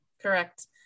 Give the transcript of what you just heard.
Correct